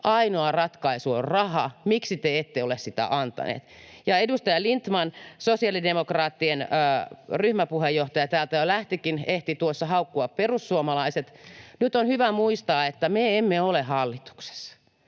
ainoa ratkaisu on raha. Miksi te ette ole sitä antaneet? Ja edustaja Lindtman, sosiaalidemokraattien ryhmäpuheenjohtaja, täältä jo lähtikin, ehti tuossa haukkua perussuomalaiset. Nyt on hyvä muistaa, että me emme ole hallituksessa.